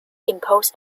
impose